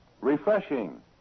refreshing